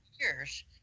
years